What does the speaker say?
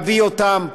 להביא אותם,